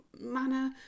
manner